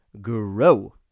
grow